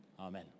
amen